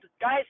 guys